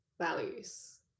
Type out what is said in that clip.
values